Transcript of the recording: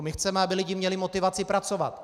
My chceme, aby lidi měli motivaci pracovat.